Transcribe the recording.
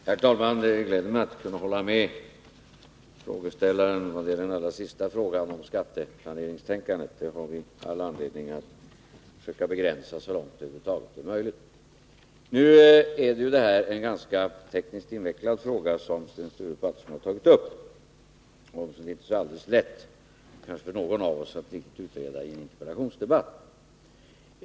Herr talman! Det gläder mig att kunna hålla med frågeställaren i vad det gäller den allra sista frågan om skatteplaneringstänkandet. Det har vi all anledning att försöka begränsa så långt det över huvud taget är möjligt. Den fråga som Sten Sture Paterson har tagit upp är tekniskt ganska invecklad, och det är inte så lätt för någon av oss att helt utreda den i en interpellationsdebatt.